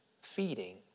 feeding